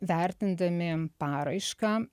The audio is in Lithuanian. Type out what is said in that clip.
vertindami paraišką